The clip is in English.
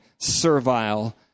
servile